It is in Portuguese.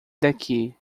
daqui